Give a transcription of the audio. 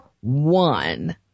one